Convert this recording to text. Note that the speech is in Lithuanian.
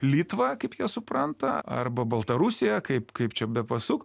litva kaip jie supranta arba baltarusija kaip kaip čia bepasuk